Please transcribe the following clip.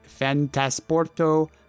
Fantasporto